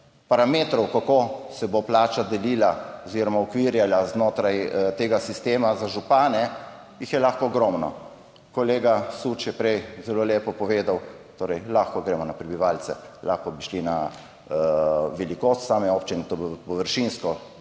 Parametrov, kako se bo plača delila oziroma okvirjala znotraj tega sistema za župane? Jih je lahko ogromno. Kolega Süč je prej zelo lepo povedal, torej lahko gremo na prebivalce, lahko bi šli na velikost same občine, to površinsko.